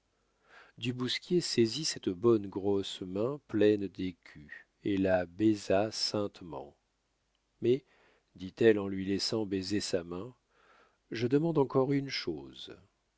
du bousquier saisit cette bonne grosse main pleine d'écus et la baisa saintement mais dit-elle en lui laissant baiser sa main je demande encore une chose